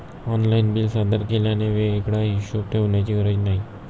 online bill सादर केल्याने वेगळा हिशोब ठेवण्याची गरज नाही